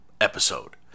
episode